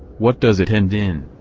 what does it end in,